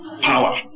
power